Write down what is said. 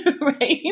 right